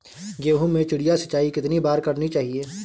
गेहूँ में चिड़िया सिंचाई कितनी बार करनी चाहिए?